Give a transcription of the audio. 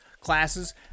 classes